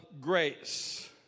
grace